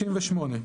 "68.